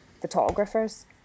photographers